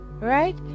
Right